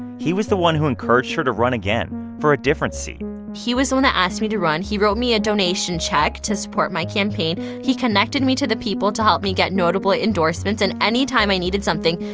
he was the one who encouraged her to run again for a different seat he was the one who asked me to run. he wrote me a donation check to support my campaign. he connected me to the people to help me get notable endorsements. and anytime i needed something,